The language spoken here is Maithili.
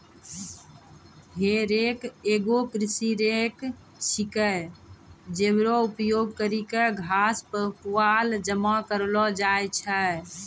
हे रेक एगो कृषि रेक छिकै, जेकरो उपयोग करि क घास, पुआल जमा करलो जाय छै